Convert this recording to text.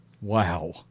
Wow